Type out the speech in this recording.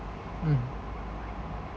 mm